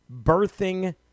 birthing